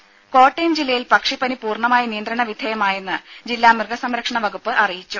ദേദ കോട്ടയം ജില്ലയിൽ പക്ഷിപ്പനി പൂർണമായും നിയന്ത്രണ വിധേയമായെന്ന് ജില്ലാ മൃഗസംരക്ഷണ വകുപ്പ് അറിയിച്ചു